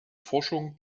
forschung